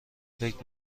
فکر